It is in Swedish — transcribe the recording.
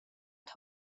att